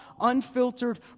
unfiltered